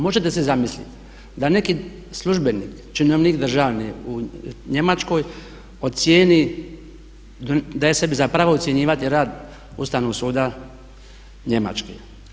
Možete si zamislit da neki službenik, činovnik države u Njemačkoj ocijeni, daje sebi za pravo ocjenjivati rad Ustavnog suda Njemačke.